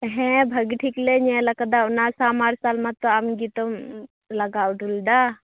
ᱦᱮᱸ ᱵᱷᱟ ᱜᱮ ᱴᱷᱤᱠᱞᱮ ᱧᱮᱞᱟᱠᱟᱫᱟ ᱚᱱᱟ ᱥᱟᱵᱽᱢᱟᱨᱥᱟᱞ ᱢᱟᱛᱚ ᱟᱢᱜᱮᱛᱚᱢ ᱞᱟᱜᱟᱣ ᱦᱚᱴᱚᱞᱮᱫᱟ